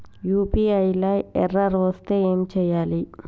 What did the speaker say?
UPI లా error వస్తే ఏం చేయాలి?